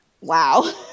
wow